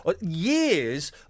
Years